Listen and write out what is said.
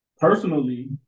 Personally